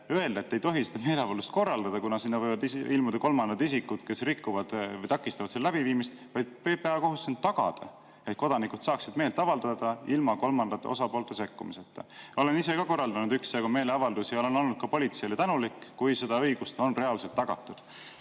või] ei tohi korraldada, [põhjusel, et] sinna võivad ilmuda kolmandad isikud, kes rikuvad või takistavad selle läbiviimist, vaid PPA kohustus on tagada, et kodanikud saaksid meelt avaldada ilma kolmandate osapoolte sekkumiseta. Ma olen ise ka korraldanud üksjagu meeleavaldusi ja olen olnud ka politseile tänulik, kui seda õigust on reaalselt tagatud.